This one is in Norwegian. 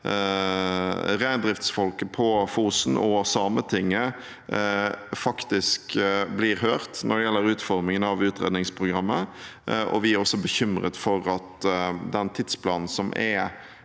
reindriftsfolket på Fosen og Sametinget faktisk blir hørt når det gjelder utformingen av utredningsprogrammet. Vi er også bekymret for at tidsplanen for